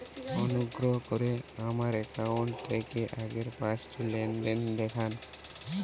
অনুগ্রহ করে আমার অ্যাকাউন্ট থেকে আগের পাঁচটি লেনদেন দেখান